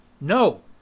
no